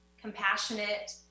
compassionate